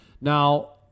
now